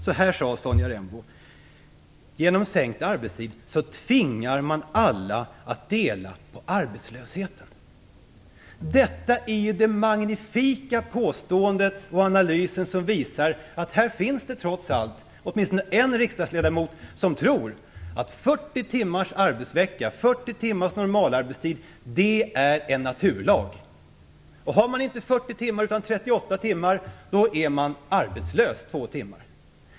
Så här sade Sonja Rembo: Genom sänkt arbetstid tvingar man alla att dela på arbetslösheten. Detta är ett magnifikt påstående och en analys som visar att det trots allt finns åtminstone en riksdagsledamot som tror att 40 timmars arbetsvecka, 40 timmars normalarbetstid är en naturlag, och har man inte 40 timmar utan 38 är man arbetslös i två timmar.